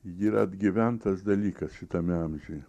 yra atgyventas dalykas šitame amžiuje